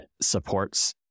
supports